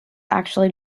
actually